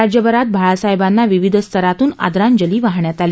राज्यभरात बाळासाहेबांना विविध स्तरातून आदरांजली वाहण्यात आली